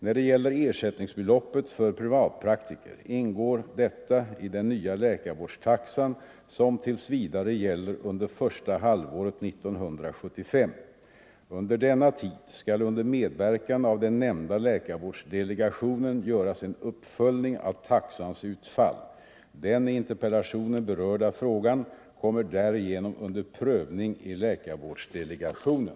När det gäller ersättningsbeloppet för privatpraktiker ingår detta i den nya läkarvårdstaxan som tills vidare gäller under första halvåret 1975. Under denna tid skall under medverkan av den nämnda läkarvårdsdelegationen göras en uppföljning av taxans utfall. Den i interpellationen berörda frågan kommer därigenom under prövning i läkarvårdsdelegationen.